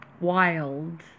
wild